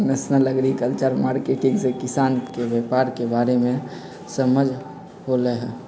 national agriculture market से किसान के व्यापार के बारे में समझ होलई ह